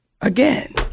again